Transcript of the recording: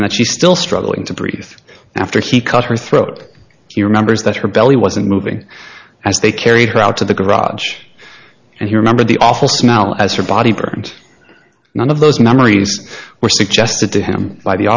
and she still struggling to breathe after he cut her throat he remembers that her belly wasn't moving as they carried her out of the garage and he remembered the awful smell as her body burned none of those memories were suggested to him by the